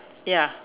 ya